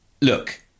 Look